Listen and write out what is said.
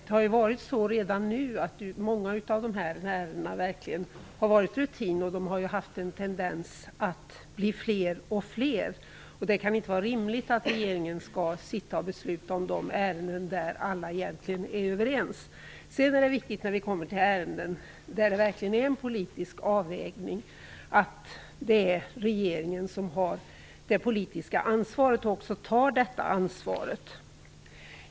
Hittills har många av dessa ärenden behandlats rutinmässigt, och de har tenderat att bli allt fler. Det kan inte vara rimligt att regeringen skall besluta om de ärenden där vi alla är överens. I de ärenden där en politisk avvägning måste göras är det viktigt att regeringen har det politiska ansvaret och också tar detta ansvar.